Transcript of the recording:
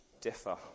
differ